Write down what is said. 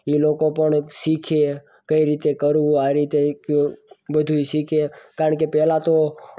એ લોકો પણ શીખે કઈ રીતે કરવું આ રીતે કે બધુંય શીખે કારણ કે પહેલાં તો